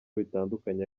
bitandukanye